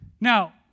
Now